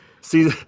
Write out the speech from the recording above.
see